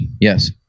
Yes